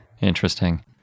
Interesting